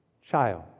child